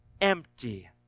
empty